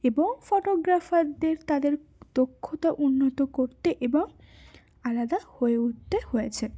এবং ফটোগ্রাফারদের তাদের দক্ষতা উন্নত করতে এবং আলাদা হয়ে উঠতে হয়েছে